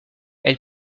elle